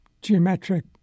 geometric